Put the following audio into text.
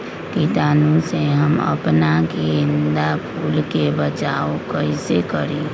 कीटाणु से हम अपना गेंदा फूल के बचाओ कई से करी?